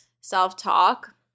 self-talk